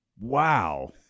Wow